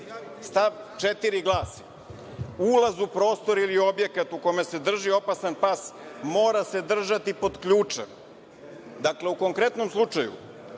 4. glasi – ulaz u prostor ili objekat u kome se drži opasan pas mora se držati pod ključem, dakle, u konkretnom slučaju